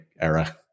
era